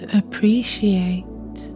appreciate